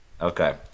Okay